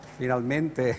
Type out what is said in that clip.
finalmente